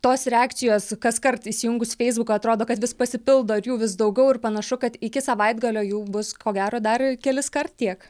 tos reakcijos kaskart įsijungus feisbuką atrodo kad vis pasipildo ir jų vis daugiau ir panašu kad iki savaitgalio jų bus ko gero dar keliskart tiek